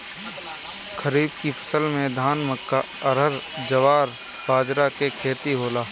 खरीफ के फसल में धान, मक्का, अरहर, जवार, बजरा के खेती होला